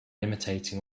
imitating